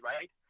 Right